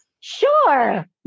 Sure